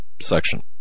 section